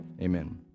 amen